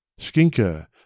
Skinker